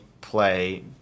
play